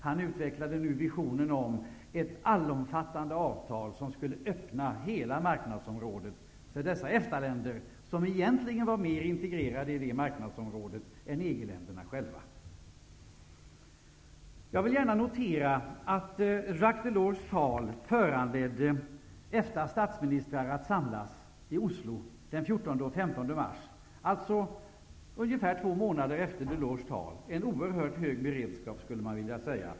Han utvecklade nu visionen om ett allomfattande avtal som skulle öppna hela marknadsområdet för dessa EFTA-länder, som egentligen var mer integrerade i det marknadsområdet än EG-länderna själva. Jag vill gärna notera att Jacques Delors tal föranledde EFTA:s statsministrar att samlas i Oslo den 14 och 15 mars, alltså ungefär två månader efter Delors tal -- en oerhört hög beredskap, skulle man vilja säga.